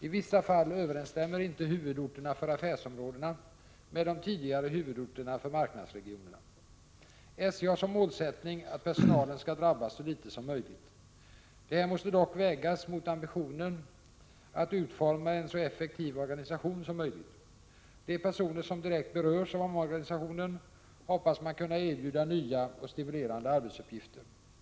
I vissa fall överensstämmer inte huvudorterna för affärsområdena med de tidigare huvudorterna för marknadsregionerna. SJ har som målsättning att personalen skall drabbas så litet som möjligt. Detta måste dock vägas mot ambitionen att utforma en så effektiv organisation som möjligt. De personer som direkt berörs av omorganisationen hoppas man kunna erbjuda nya, stimulerande arbetsuppgifter.